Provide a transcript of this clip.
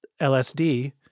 LSD